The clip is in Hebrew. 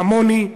כמוני,